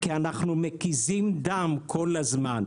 כי אנחנו מקיזים דם כל הזמן.